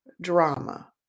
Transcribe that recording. drama